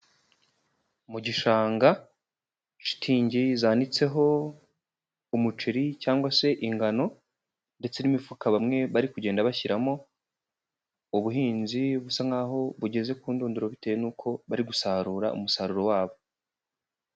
Mu gishanga shitingi zanitseho umuceri cyangwa se ingano ndetse n'imifuka bamwe bari kugenda bashyiramo, ubuhinzi busa nk'aho bugeze ku ndunduro bitewe nuko bari gusarura umusaruro wabo.